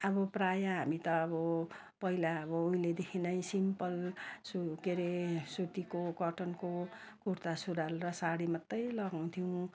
अब प्रायः हामी त अब पहिला अब उहिलेदेखि नै सिम्पल सु के अरे सुतीको कटनको कुर्ता सुरूवाल र साडी मात्रै लगाउँथ्यौँ